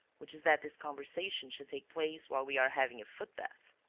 which is that this conversation should take place while we are having a foot-bath.